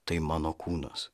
tai mano kūnas